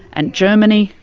and germany,